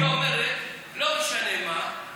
היא אומרת: לא משנה מה,